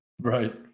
Right